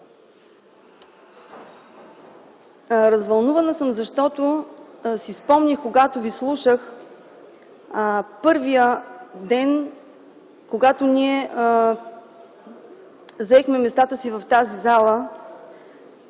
развълнувана съм, защото си спомних, когато Ви слушах първия ден, когато ние заехме местата си в тази зала,